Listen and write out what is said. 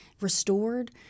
restored